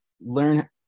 learn